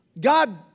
God